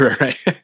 Right